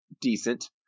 decent